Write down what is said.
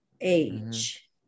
age